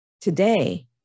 Today